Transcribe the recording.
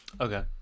Okay